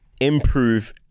improve